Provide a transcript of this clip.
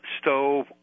stove